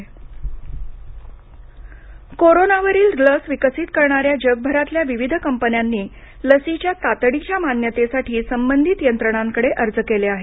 Covid जग कोरोनावरील लस विकसित करणाऱ्या जगभरातल्या विविध कंपन्यांनी लसीच्या तातडीच्या मान्यतेसाठी संबंधित यंत्रणांकडे अर्ज केले आहेत